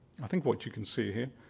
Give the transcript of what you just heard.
i think what you can see here.